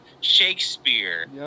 Shakespeare